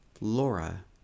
Laura